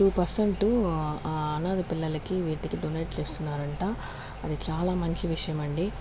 two percent అనాథపిల్లలకి వీటికి donate చేస్తున్నారంట అది చాలా మంచి విషయం అండి